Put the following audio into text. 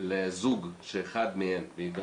לזוג שאחד מהם, האימא,